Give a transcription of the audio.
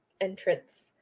entrance